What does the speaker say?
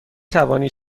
توانی